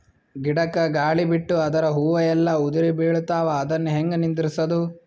ಗಿಡಕ, ಗಾಳಿ ಬಿಟ್ಟು ಅದರ ಹೂವ ಎಲ್ಲಾ ಉದುರಿಬೀಳತಾವ, ಅದನ್ ಹೆಂಗ ನಿಂದರಸದು?